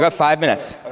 but five minutes.